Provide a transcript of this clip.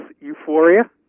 Euphoria